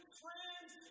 friends